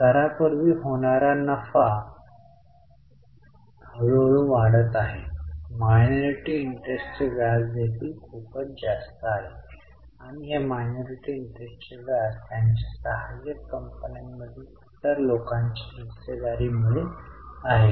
करापूर्वी होणारा नफा हळूहळू वाढत आहे मायनॉरिटी इंटरेस्टचे व्याज देखील खूपच जास्त आहे आणि हे मायनॉरिटी इंटरेस्टचे व्याज त्यांच्या सहाय्यक कंपन्यांमधील इतर लोकांच्या हिस्सेदारीमुळे आहे